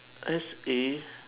S A